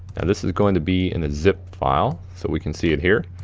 and this is gonna be in a zip file, so we can see it here.